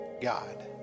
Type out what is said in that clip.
God